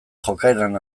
jokaeran